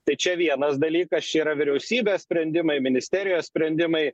tai čia vienas dalykas čia yra vyriausybės sprendimai ministerijos sprendimai